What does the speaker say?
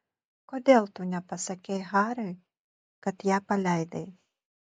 kodėl tu nepasakei hariui kad ją paleidai